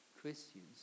Christians